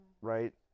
right